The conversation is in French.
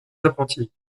apprentis